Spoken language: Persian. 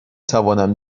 توانم